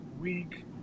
Week